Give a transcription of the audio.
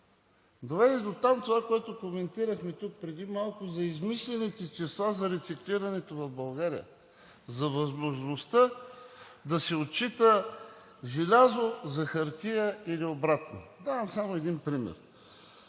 доведе до там – това, което коментирахме тук преди малко, за измислените числа за рециклирането в България, за възможността да се отчита желязо за хартия или обратното. Давам само един пример.